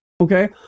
okay